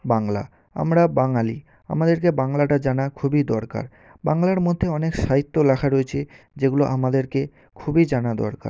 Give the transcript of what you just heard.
বাংলা আমরা বাঙালি আমাদেরকে বাংলাটা জানা খুবই দরকার বাংলার মধ্যে অনেক সাহিত্য লেখা রয়েছে যেগুলো আমাদেরকে খুবই জানা দরকার